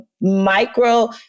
micro